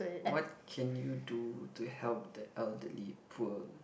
what can you do to help the elderly poor